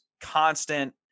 constant